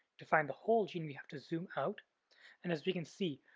to find the whole gene, we have to zoom out and as we can see,